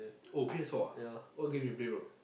oh P_S-four ah what game you play bro